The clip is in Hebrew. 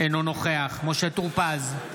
אינו נוכח משה טור פז,